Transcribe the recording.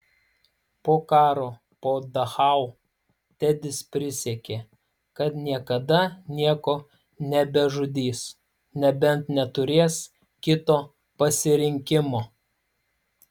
po karo po dachau tedis prisiekė kad niekada nieko nebežudys nebent neturės kito pasirinkimo